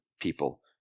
people